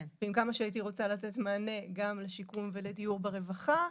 עם כמה שהייתי רוצה לתת מענה גם לשיקום ולדיור ברווחה,